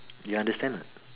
you understand or not